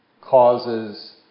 causes